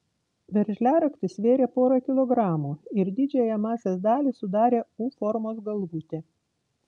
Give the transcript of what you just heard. veržliaraktis svėrė porą kilogramų ir didžiąją masės dalį sudarė u formos galvutė